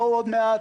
בואו עוד מעט.